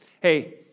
Hey